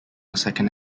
second